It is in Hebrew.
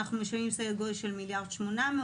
אנחנו משלמים סדר גודל של מיליארד ו-800,000,